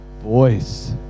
voice